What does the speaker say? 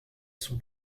son